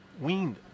weaned